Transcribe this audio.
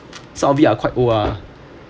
some of it are quite old ah